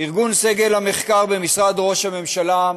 ארגון סגל המחקר במשרד ראש הממשלה,